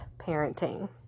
parenting